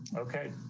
okay,